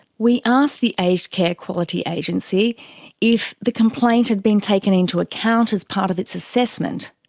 we asked the aged care quality agency if the complaint had been taken into account as part of its assessment.